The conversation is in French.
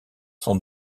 sont